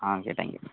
ആ okay thank you